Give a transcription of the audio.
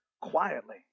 quietly